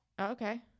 okay